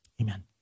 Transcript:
Amen